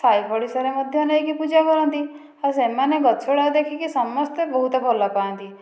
ସାହି ପଡ଼ିଶାରେ ମଧ୍ୟ ନେଇକି ପୂଜା କରନ୍ତି ଆଉ ସେମାନେ ଗଛ ଗୁଡ଼ାକ ଦେଖିକି ସମସ୍ତେ ବହୁତ ଭଲ ପାଆନ୍ତି